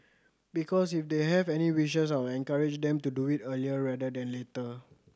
because if they have any wishes I will encourage them to do it earlier rather than later